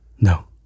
No